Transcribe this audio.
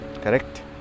Correct